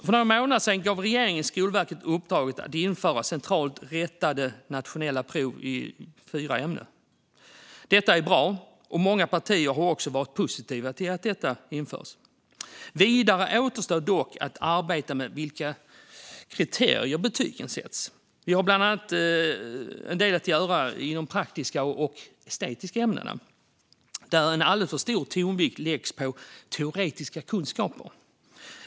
För några månader sedan gav regeringen Skolverket i uppdrag att införa centralt rättade nationella prov i fyra ämnen. Detta är bra, och många partier har också varit positiva till att det här införs. Vidare återstår dock arbetet med vilka kriterier som betyg ska sättas utifrån. Det finns bland annat en del att göra i de praktiska och estetiska ämnena, där en alldeles för stor tonvikt läggs på teoretiska kunskaper.